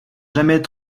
jamais